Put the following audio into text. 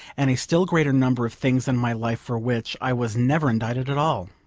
and a still greater number of things in my life for which i was never indicted at all.